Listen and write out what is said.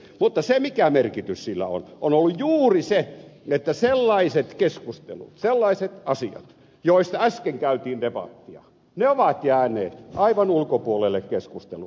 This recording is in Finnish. mutta se mikä merkitys sillä on on ollut juuri se että sellaiset asiat joista äsken käytiin debattia ovat jääneet aivan ulkopuolelle keskustelun